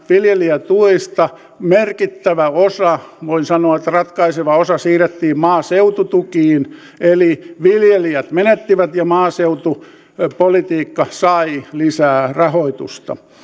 viljelijätuista merkittävä osa voin sanoa että ratkaiseva osa siirrettiin maaseututukiin eli viljelijät menettivät ja maaseutupolitiikka sai lisää rahoitusta